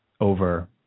over